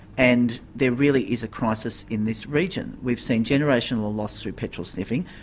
and there really is a crisis in this region. we've seen generational loss through petrol sniffing,